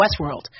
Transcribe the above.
Westworld